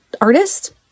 artist